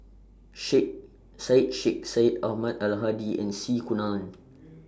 Sheikh Syed Sheikh Syed Ahmad Al Hadi and C Kunalan